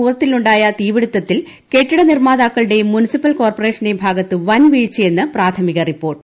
ഗുജറാത്തിലെ സൂറത്തിലൂണ്ടായ തീപിടിത്തത്തിൽ കെട്ടിട നിർമാതാക്കളുടെയും മുനിസിപ്പൽ കോർപ്പറേഷന്റെയും ഭാഗത്ത് വൻ വീഴ്ചയെന്ന് പ്രാഥമിക റിപ്പോർട്ട്